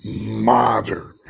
modern